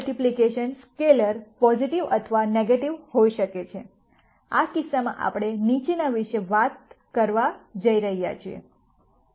આ multiplication scalar positive અથવા negative હોઈ શકે છે આ કિસ્સામાં આપણે નીચેના વિશે વાત કરી રહ્યા છીએ